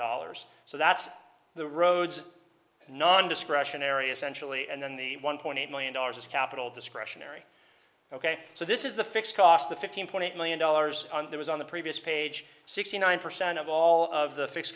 dollars so that's the roads non discretionary essentially and then the one point eight million dollars of capital discretionary ok so this is the fixed cost the fifteen point eight million dollars on there was on the previous page sixty nine percent of all of the fix